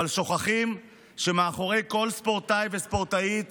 אבל שוכחים שמאחורי כל ספורטאי וספורטאית